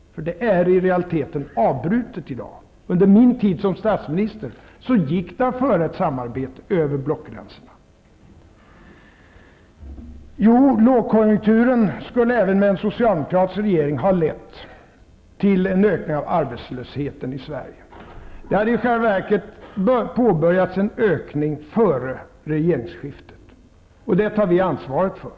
För det samarbetet har i realiteten avbrutits i dag. Under min tid som statsminister gick det att driva ett samarbete över blockgränserna. Jo, lågkonjunkturen skulle även med en socialdemokratisk rgering ha lett till en ökning av arbetslösheten i Sverige. En ökning hade i själva verket påbörjats före regeringsskiftet. Det tar vi ansvaret för.